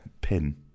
pin